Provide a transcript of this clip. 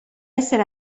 essere